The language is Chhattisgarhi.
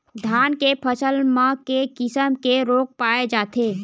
धान के फसल म के किसम के रोग पाय जाथे?